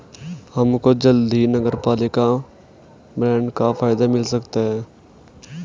हमको जल्द ही नगरपालिका बॉन्ड का फायदा मिल सकता है